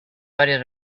varias